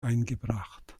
eingebracht